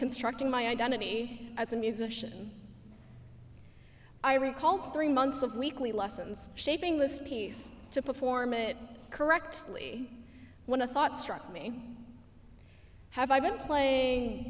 constructing my identity as a musician i recall three months of weekly lessons shaping this piece to perform it correctly when a thought struck me have i been playing